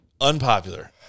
unpopular